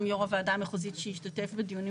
גם יו"ר הוועדה המחוזית שהשתתף בדיונים